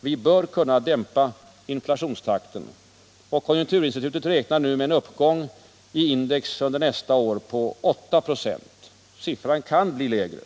Vi bör kunna dämpa inflationstakten. Konjunkturinstitutet räknar nu med en uppgång i konsumentprisindex under nästa år på 8 26. Siffran kan komma att bli lägre.